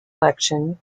election